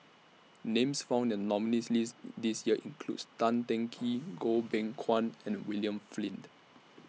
Names found in The nominees' list This Year includes Tan Teng Kee Goh Beng Kwan and William Flint